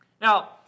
Now